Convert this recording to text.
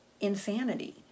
insanity